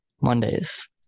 Mondays